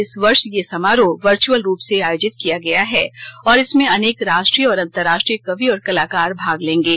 इस वर्ष यह समारोह वर्चअल रूप से आयोजित किया गया है और इसमें अनेक राष्ट्रीय और अंतर्राष्ट्रीय कवि और कलाकार भाग लेंगे